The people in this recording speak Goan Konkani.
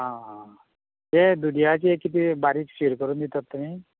आं तें दुदयाचें कितें बारीक शीर कोरून दितात तुमी